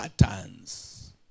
patterns